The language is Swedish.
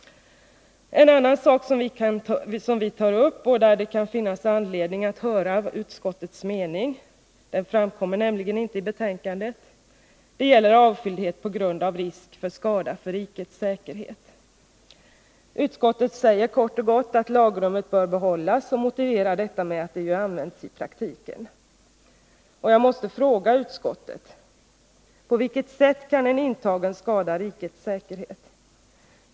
En annan sak som vi tar upp och där det kan finnas anledning att höra utskottets mening — den framkommer nämligen inte i betänkandet — gäller avskildhet på grund av risk för skada för rikets säkerhet. Utskottet säger kort och gott att lagrummet bör behållas och motiverar detta med att det används i praktiken. Jag måste fråga utskottet: På vilket sätt kan en intagen skada rikets säkerhet?